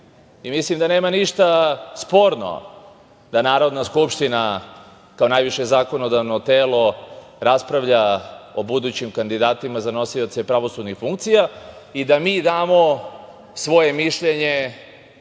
tome. Mislim da nema ništa sporno da Narodna skupština kao najviše zakonodavno telo raspravlja o budućim kandidatima za nosioce pravosudnih funkcija i da mi damo svoje mišljenje